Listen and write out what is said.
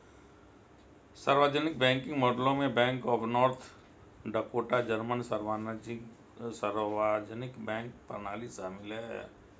सार्वजनिक बैंकिंग मॉडलों में bank of North Dakota German सार्वजनिक बैंक प्रणाली शामिल है